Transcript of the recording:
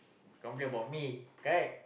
complain about me correct